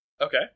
Okay